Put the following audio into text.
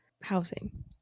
housing